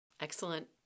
Excellent